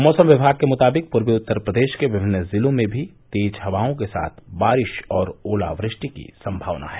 मौसम विभाग के मुताबिक पूर्वी उत्तर प्रदेश के विभिन्न जिलों में भी तेज हवाओं के साथ बारिश और ओलावृष्टि की सम्भावना है